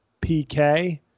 PK